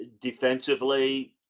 defensively